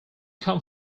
come